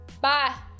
Bye